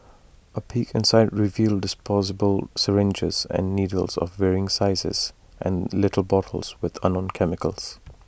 A peek inside revealed disposable syringes and needles of varying sizes and little bottles with unknown chemicals